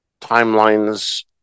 timelines